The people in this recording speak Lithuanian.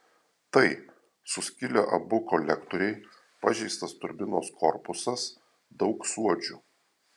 tai suskilę abu kolektoriai pažeistas turbinos korpusas daug suodžių